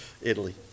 Italy